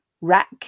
rack